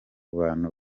bantu